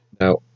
Now